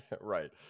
Right